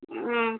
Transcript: हुँ